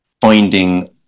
finding